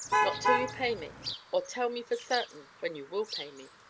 not till you pay me or tell me for certain when you will pay me,